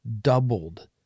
doubled